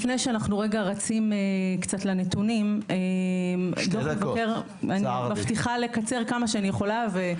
לפני שאנחנו רצים לנתונים - אני מבטיחה לקצר כמה שאני יכולה.